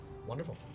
Wonderful